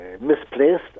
misplaced